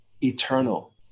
eternal